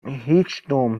هیچدوم